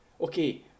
okay